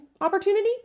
opportunity